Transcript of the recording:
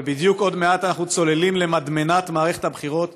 ובדיוק עוד מעט אנחנו צוללים למדמנת מערכת הבחירות.